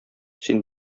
син